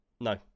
No